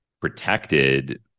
protected